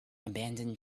abandoned